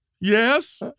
yes